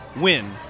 win